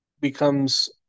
becomes